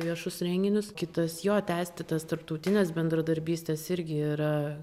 viešus renginius kitas jo tęsti tas tarptautines bendradarbystes irgi yra